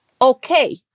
okay